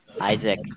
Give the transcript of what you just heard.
Isaac